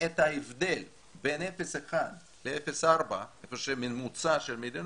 את ההבדל בין 0.1 ל-0.4, איפה שהממוצע של המדינות,